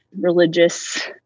religious